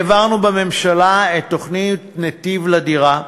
העברנו בממשלה את תוכנית "נתיב לדירה"